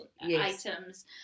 items